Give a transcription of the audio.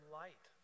light